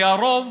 על רוב